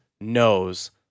knows